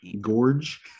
gorge